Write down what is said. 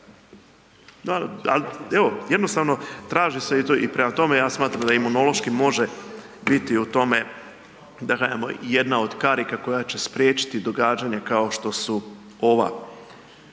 jednostavno traži se i to, i prema tome ja smatram da Imunološki može biti u tome, da kajemo i jedna od karika koja će spriječiti događanje kao što su ova.